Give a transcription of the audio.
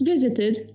Visited